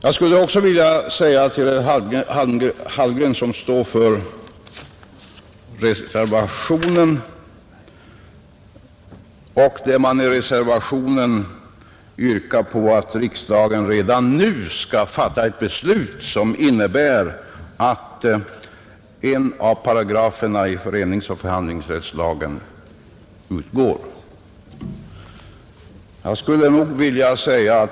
Jag skulle också vilja säga en sak till herr Hallgren, som står för reservationen och det som yrkas i reservationen, nämligen att riksdagen redan nu skall fatta ett beslut, som innebär att en av paragraferna i föreningsoch förhandlingsrättslagen utgår.